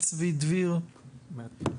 נמצא צבי דביר מהתנועה